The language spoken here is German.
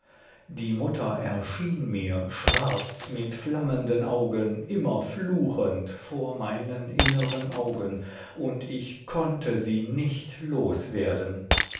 die mutter erschien mir schwarz mit flammenden augen immer fluchend vor meinen inneren augen und ich konnte sie nicht los werden